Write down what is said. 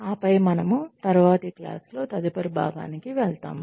ఆపై మనము తరువాతి క్లాస్ లో తదుపరి బాగానీకి వెళ్తాము